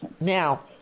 Now